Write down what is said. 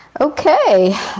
Okay